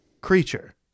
creature